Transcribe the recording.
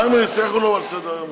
48) (בחירות במוסדות ובבתי-חולים),